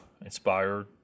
inspired